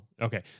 okay